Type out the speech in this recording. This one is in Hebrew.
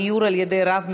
(גיור על-ידי רב מקומי),